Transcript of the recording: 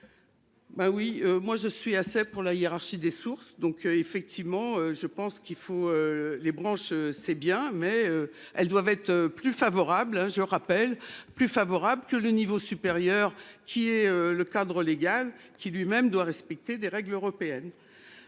oui moi je suis assez pour la hiérarchie des sources, donc effectivement je pense qu'il faut les branches c'est bien mais elles doivent être plus favorable hein je rappelle plus favorable que le niveau supérieur qui est le cadre légal qui lui-même doit respecter des règles européennes,